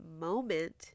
moment